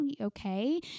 okay